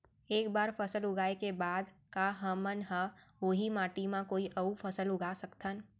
एक बार फसल उगाए के बाद का हमन ह, उही माटी मा कोई अऊ फसल उगा सकथन?